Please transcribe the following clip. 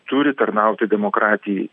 turi tarnauti demokratijai